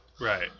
Right